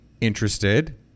interested